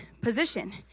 position